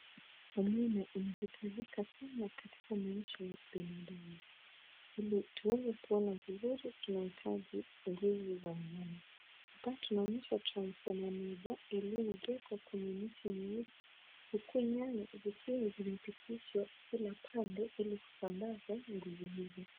Umeme unahitajika sana katika maisha ya binadamu. Ili tuweze kuona vizuri tunahitaji nguvu za umeme. Hapa tunaonyeshawa transfoma moja iliyoezekwa kwenye miti miwili, huku nyaya zikiwa zimepitishwa kila pande ili kusambaza nguvu hizo.